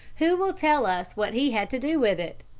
who will tell us what he had to do with it?